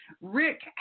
Rick